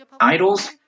idols